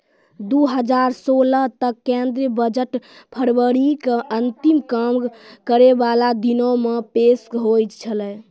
दु हजार सोलह तक केंद्रीय बजट फरवरी के अंतिम काम करै बाला दिनो मे पेश होय छलै